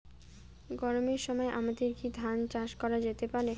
গরমের সময় আমাদের কি ধান চাষ করা যেতে পারি?